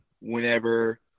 whenever